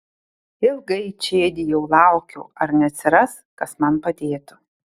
ilgai čėdijau laukiau ar neatsiras kas man padėtų